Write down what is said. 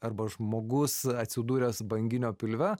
arba žmogus atsidūręs banginio pilve